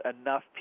enough